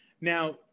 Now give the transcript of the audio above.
Now